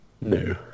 no